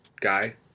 guy